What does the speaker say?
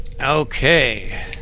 Okay